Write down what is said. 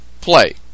play